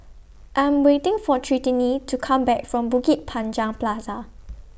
I Am waiting For Trinity to Come Back from Bukit Panjang Plaza